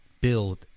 build